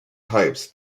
types